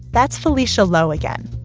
that's felicia lowe again.